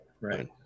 Right